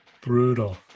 Brutal